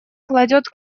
кладет